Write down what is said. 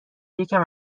یکم